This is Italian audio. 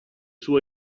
suo